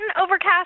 overcast